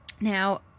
Now